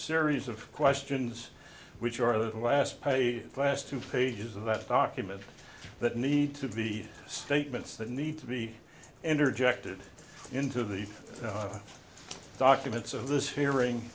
series of questions which are the last page last two pages of that document that need to be statements that need to be interjected into the documents of this hearing